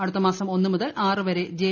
അടുത്തമാസം ഒന്ന് മുതൽ ആറ് വരെ ജെ